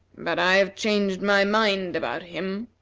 but i have changed my mind about him.